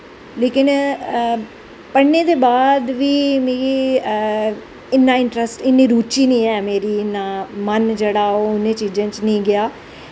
लेकिन पढ़नें दे बाद बी मिगी इन्नी रुची नी ऐ मेरी इन्नां मन जेह्ड़ा ओह् इनें चीज़ें च नेंई गेआ